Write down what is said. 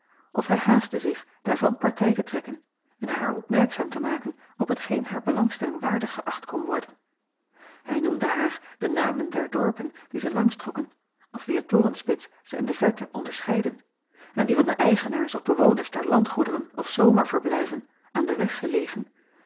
of hij haastte zich daarvan partij te trekken en haar opmerkzaam te maken op hetgeen haar belangstelling waardig geächt kon worden hij acob van ennep laasje evenster delen noemde haar de namen der dorpen die zij langs trokken of wier torenspits zij in de verte onderscheidden en die van de eigenaars of bewoners der landgoederen of zomerverblijven aan den weg gelegen